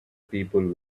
people